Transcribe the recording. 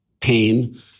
pain